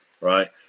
Right